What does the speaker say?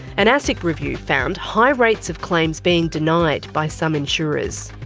an asic review found high rates of claims being denied by some insurers.